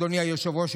אדוני היושב-ראש,